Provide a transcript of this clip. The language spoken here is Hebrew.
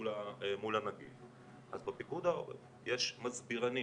מול הנגיף אז בפיקוד העורף יש מסבירנים.